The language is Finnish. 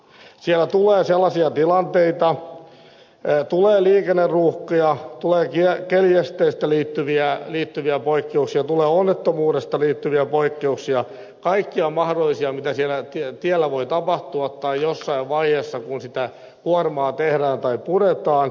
siellä tulee sellaisia tilanteita tulee liikenneruuhkia tulee keliesteisiin liittyviä poikkeuksia tulee onnettomuuksiin liittyviä poikkeuksia kaikkia mahdollisia mitä siellä tiellä voi tapahtua tai jossain vaiheessa kun sitä kuormaa tehdään tai puretaan